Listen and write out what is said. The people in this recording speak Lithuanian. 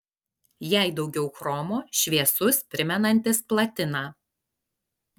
jei daugiau chromo šviesus primenantis platiną